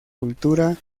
cultura